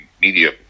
media